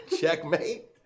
Checkmate